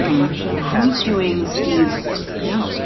great question. who's doing steve's work? yeah,